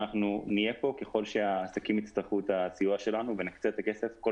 ואנחנו נהיה פה ככל שהעסקים יצטרכו את הסיוע שלנו ונקצה את הכסף כל